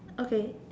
okay